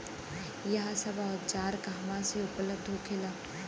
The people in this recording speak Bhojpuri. यह सब औजार कहवा से उपलब्ध होखेला?